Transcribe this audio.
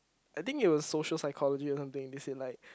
I think you will social psychology or something if you like